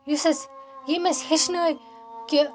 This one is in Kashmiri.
یُس اَسہِ ییٚمۍ أسۍ ہٮ۪چھنٲے کہ